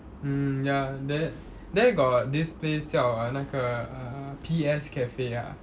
mm ya that there got this place 叫 uh 那个 uh P_S cafe ah